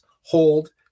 hold